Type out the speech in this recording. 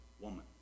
woman